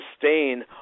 sustain